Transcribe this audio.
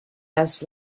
las